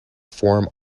form